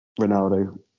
Ronaldo